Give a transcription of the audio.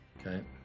Okay